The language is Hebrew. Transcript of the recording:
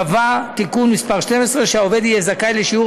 קבע תיקון מס' 12 שהעובד יהיה זכאי לשיעור